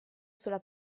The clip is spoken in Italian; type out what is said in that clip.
sulla